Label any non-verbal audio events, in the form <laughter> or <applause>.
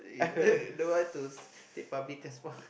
<laughs> don't want to take public transport